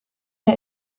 der